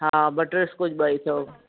हा butterscotch ॿ ई अथव